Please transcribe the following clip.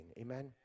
Amen